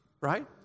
Right